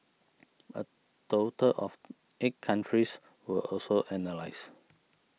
a total of eight countries were also analysed